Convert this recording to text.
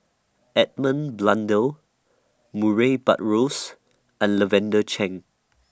Edmund Blundell Murray Buttrose and Lavender Chang